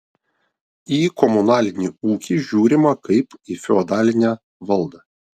į komunalinį ūkį žiūrima kaip į feodalinę valdą